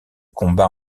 combat